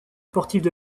sportives